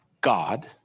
God